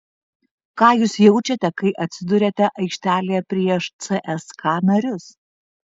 ką jūs jaučiate kai atsiduriate aikštelėje prieš cska narius